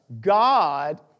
God